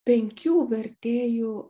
penkių vertėjų